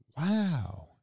Wow